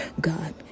God